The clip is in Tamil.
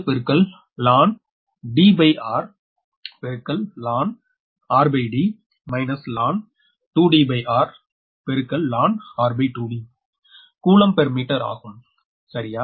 பெர் மீட்டர் ஆகும் சரியா